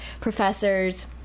professors